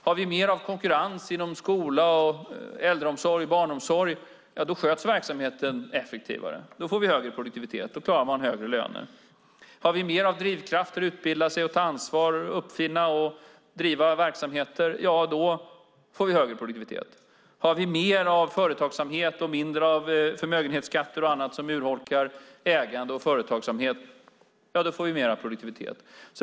Har vi mer av konkurrens inom skola, äldreomsorg och barnomsorg sköts verksamheten effektivare och vi får högre produktivitet. Då klarar man högre löner. Har vi mer av drivkrafter att utbilda sig, ta ansvar, uppfinna och driva verksamheter får vi högre produktivitet. Har vi mer av företagsamhet och mindre av förmögenhetsskatter och annat som urholkar ägande och företagsamhet får vi mer produktivitet.